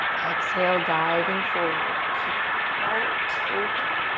exhale, diving forward. keep the heart open.